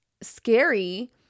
scary